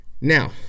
Now